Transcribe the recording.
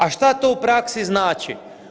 A što to u praksi znači?